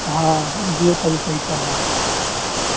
ہاں جیو کا بھی صحیح چل رہا ہے